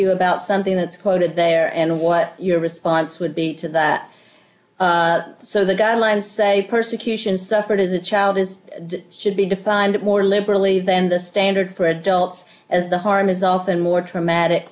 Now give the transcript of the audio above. you about something that's quoted there and what your response would be to that so the guidelines say persecution suffered as a child is should be defined more liberally then the standard for adults as the harm is often more traumatic